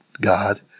God